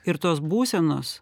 ir tos būsenos